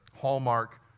Hallmark